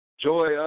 joy